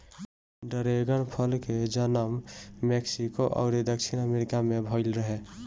dragon फल के जनम मेक्सिको अउरी दक्षिणी अमेरिका में भईल रहे